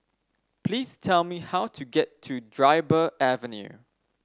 please tell me how to get to Dryburgh Avenue